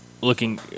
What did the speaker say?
looking